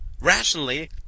rationally